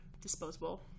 disposable